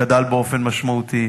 גדל באופן משמעותי.